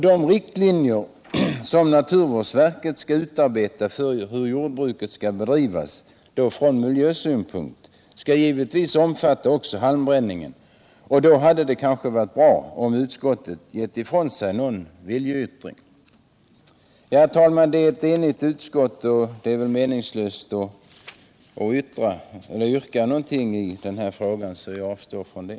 De riktlinjer för hur jordbruket skall bedrivas från miljösynpunkt som naturvårdsverket skall utarbeta skall givetvis omfatta också halmbränningen. Det hade därför varit bra, om utskottet hade givit ifrån sig någon viljeyttring. Herr talman! Då utskottet avgivit ett enhälligt betänkande, är det väl meningslöst att ställa något särskilt yrkande i denna fråga. Jag avstår därför från det.